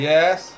Yes